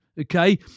okay